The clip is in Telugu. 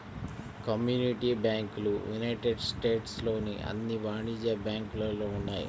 కమ్యూనిటీ బ్యాంకులు యునైటెడ్ స్టేట్స్ లోని అన్ని వాణిజ్య బ్యాంకులలో ఉన్నాయి